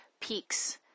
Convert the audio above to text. peaks